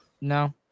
No